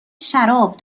شراب